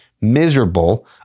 miserable